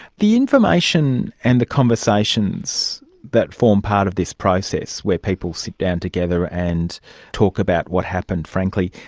the information and the conversations that form part of this process where people sit down together and talk about what happened frankly,